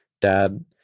dad